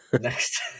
next